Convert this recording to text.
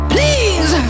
Please